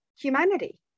humanity